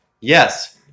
yes